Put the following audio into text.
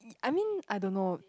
I mean I don't know